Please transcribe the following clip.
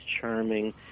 charming